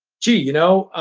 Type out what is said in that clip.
gee, you know,